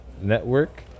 Network